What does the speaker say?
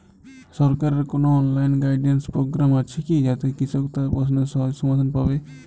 সরকারের কোনো online guidance programme আছে কি যাতে কৃষক তার প্রশ্নের সহজ সমাধান পাবে?